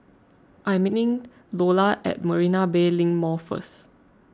I am meeting Lola at Marina Bay Link Mall first